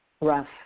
Rough